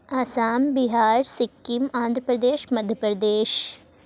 Assam Bihar Sikkim Andhra Pradesh Madhya Pradesh